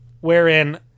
Wherein